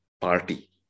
party